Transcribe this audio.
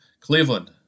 Cleveland